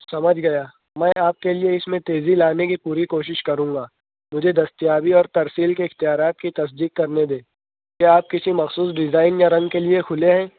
سمجھ گیا میں آپ کے لئے اس میں تیزی لانے کی پوری کوشش کروں گا مجھے دستیابی اور ترسیل کے اختیارات کی تصدیق کرنے دیں کیا آپ کسی مخصوص ڈیزائن یا رنگ کے لئے کھلے ہیں